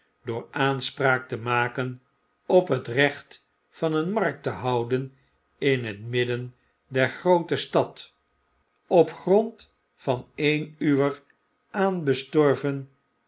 door aanspraak te maken op het recht van een markt te houden in het midden der groote stad op grond van een uwer aanbestorven